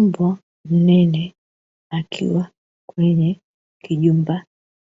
Mbwa mnene akiwa kwenye kijumba